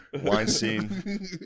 Weinstein